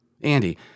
Andy